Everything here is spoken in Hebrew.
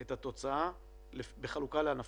את התוצאה בחלוקה לענפים.